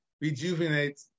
rejuvenate